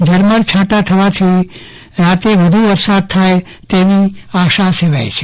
ઝરમર છાંટા થવાથી રાત્રે વધુ વરસાદની આશા સેવાય છે